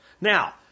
Now